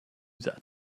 that